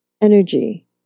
energy